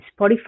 Spotify